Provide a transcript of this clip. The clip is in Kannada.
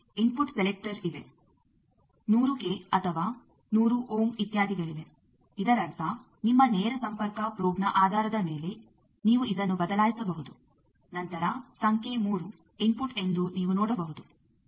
ಇನ್ಫುಟ್ ಸೆಲೆಕ್ಟರ್ ಇವೆ 100 k ಅಥವಾ 100 ಓಮ್ ಇತ್ಯಾದಿಗಳಿವೆ ಇದರರ್ಥ ನಿಮ್ಮ ನೇರ ಸಂಪರ್ಕ ಪ್ರೋಬ್ನ ಆಧಾರದ ಮೇಲೆ ನೀವು ಇದನ್ನು ಬದಲಾಯಿಸಬಹುದು ನಂತರ ಸಂಖ್ಯೆ 3 ಇನ್ಫುಟ್ ಎಂದು ನೀವು ನೋಡಬಹುದು